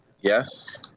Yes